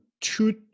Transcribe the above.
two